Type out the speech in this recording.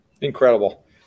Incredible